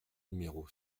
numéro